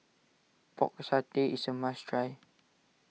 Pork Satay is a must try